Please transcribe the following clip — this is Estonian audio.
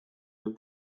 veel